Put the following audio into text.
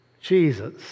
Jesus